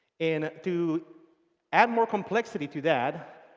and to add more complexity to that,